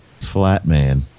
Flatman